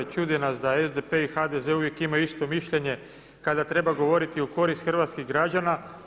Čudi nas da SDP i HDZ uvijek imaju isto mišljenje kada treba govoriti u korist hrvatskih građane.